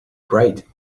bright